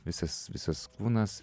visas visas kūnas